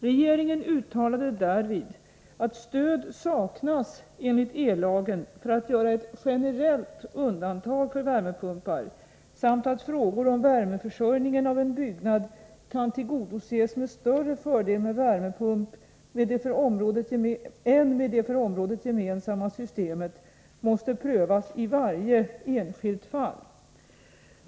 Regeringen uttalade därvid att stöd saknas enligt ellagen för att göra ett generellt undantag för värmepumpar samt att frågor om värmeförsörjningen av en byggnad kan tillgodoses med större fördel med värmepump än med det för området gemensamma systemet måste prövas i varje enskilt fall.